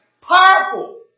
powerful